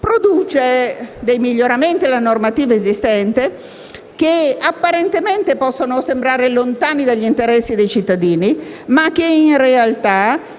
produce dei miglioramenti alla normativa esistente che, apparentemente, possono sembrare lontani dagli interessi dei cittadini, ma che in realtà